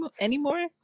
anymore